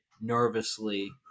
nervously